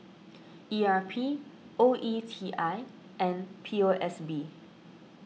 E R P O E T I and P O S B